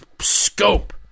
scope